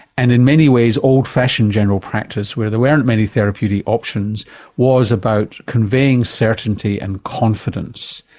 and in many ways old-fashioned general practice where there weren't many therapeutic options was about conveying certainty and confidence,